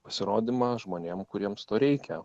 pasirodymą žmonėm kuriems to reikia